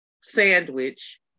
sandwich